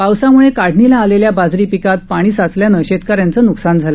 पावसामुळे काढणीस आलेल्या बाजरी पिकात पाणी साचल्यानं शेतकऱ्यांचे नुकसान झाले